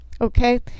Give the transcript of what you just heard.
Okay